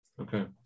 Okay